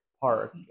park